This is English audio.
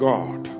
God